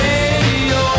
Radio